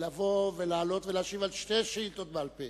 לעלות ולהשיב על שתי שאילתות בעל-פה,